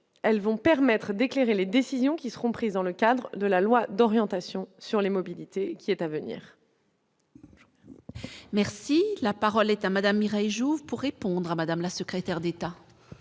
elles vont permettre d'éclairer les décisions qui seront prises dans le cadre de la loi d'orientation sur les mobilités qui est à venir. Merci. Si la parole est à madame Mireille Jouve pourrait. Pondra madame la secrétaire d'État.